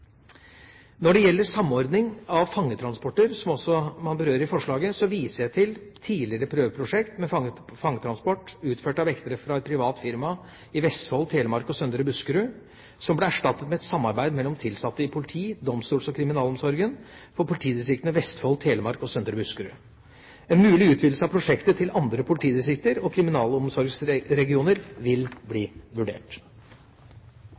Når det gjelder samordning av fangetransporter, som man også berører i forslaget, viser jeg til tidligere prøveprosjekt med fangetransport utført av vektere fra et privat firma i Vestfold, Telemark og Søndre Buskerud, som ble erstattet med et samarbeid mellom tilsatte i politi-, domstols- og kriminalomsorgen i politidistriktene Vestfold, Telemark og Søndre Buskerud. En mulig utvidelse av prosjektet til andre politidistrikter og kriminalomsorgsregioner vil